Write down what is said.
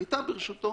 היתה ברשותו